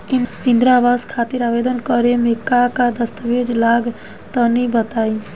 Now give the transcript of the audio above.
इंद्रा आवास खातिर आवेदन करेम का का दास्तावेज लगा तऽ तनि बता?